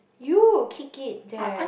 you kick it there